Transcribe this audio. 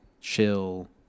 chill